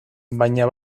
baina